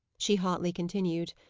she hotly continued.